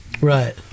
right